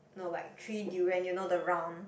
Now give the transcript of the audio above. no like three durian you know the round